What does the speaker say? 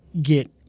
get